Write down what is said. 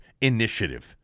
initiative